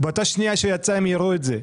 באותה שנייה שהוא הוציא, הם יראו את זה.